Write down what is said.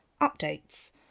updates